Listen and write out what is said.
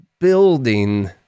building